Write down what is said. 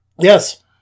Yes